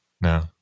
No